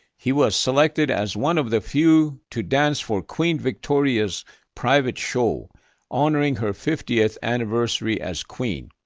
he was selected as one of the few to dance for queen victoria's private show honoring her fiftieth anniversary as queen.